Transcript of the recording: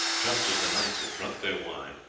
just as the knights had drunk their wine,